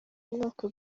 mwaka